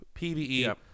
PvE